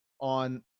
on